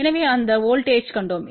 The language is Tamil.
எனவே அந்த வோல்ட்டேஜ்த்தைக் கண்டோம்